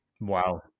wow